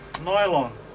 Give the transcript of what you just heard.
nylon